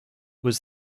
was